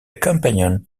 companion